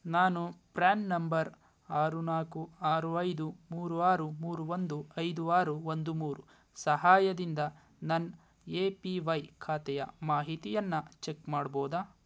ನಾನು PRAN number ಆರು ನಾಲ್ಕು ಆರು ಐದು ಮೂರು ಆರು ಮೂರು ಒಂದು ಐದು ಆರು ಒಂದು ಮೂರು ಸಹಾಯದಿಂದ ನನ್ನ ಎ ಪಿ ವೈ ಖಾತೆಯ ಮಾಹಿತಿಯನ್ನು ಚೆಕ್ ಮಾಡಬೋದಾ